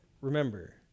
remember